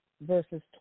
verses